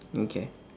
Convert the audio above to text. okay